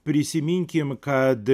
prisiminkim kad